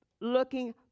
looking